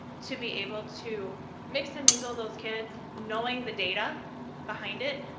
to be able to mix and mingle those kids, knowing the data behind it,